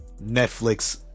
Netflix